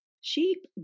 sheep